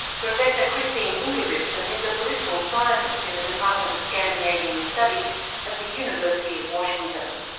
professor christine ingebritsen is a political scientist in the department of scandinavian studies at the university of washington.